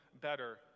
better